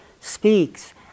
speaks